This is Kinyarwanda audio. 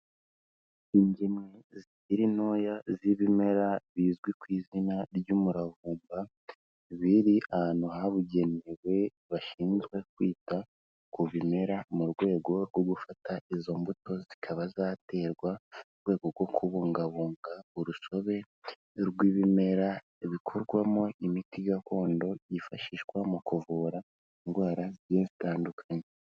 Ingemwe zikiri ntoya z'ibimera bizwi ku izina ry'umuravumba, biri ahantu habugenewe bashinzwe kwita ku bimera mu rwego rwo gufata izo mbuto zikaba zaterwa, mu rwego rwo kubungabunga urusobe rw'ibimera bikorwamo imiti gakondo yifashishwa mu kuvura indwara zigiye zitandukanye.